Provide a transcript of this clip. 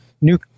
new